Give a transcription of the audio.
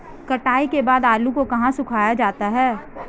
कटाई के बाद आलू को कहाँ सुखाया जाता है?